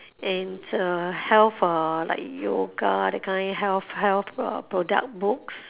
into health uh like yoga that kind health health uh product books